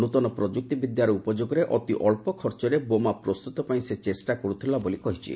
ନୃତନ ପ୍ରଯୁକ୍ତି ବିଦ୍ୟାର ଉପଯୋଗରେ ଅତି ଅକ୍ଷ ଖର୍ଚ୍ଚରେ ବୋମା ପ୍ରସ୍ତୁତ ପାଇଁ ସେ ଚେଷ୍ଟା କରୁଥିଲା ବୋଲି କହିଛି